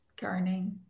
Gardening